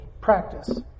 practice